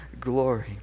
glory